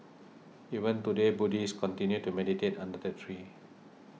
even today Buddhists continue to meditate under the tree